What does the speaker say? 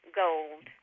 gold